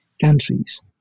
countries